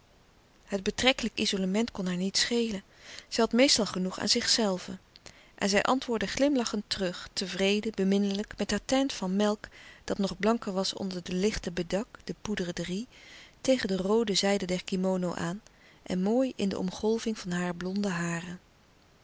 het betrekkelijke izolement kon haar niet schelen zij had meestal genoeg aan zichzelve en zij antwoordde glimlachend terug tevreden beminnelijk met haar teint van melk dat nog blanker was onder de lichte bedak tegen de roode zijde der kimono aan en mooi in de omgolving van haar blonde haren